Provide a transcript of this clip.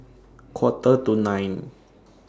Quarter to nine